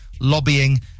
lobbying